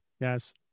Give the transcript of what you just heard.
Yes